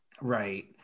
Right